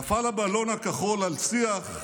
נפל הבלון הכחול על שיח,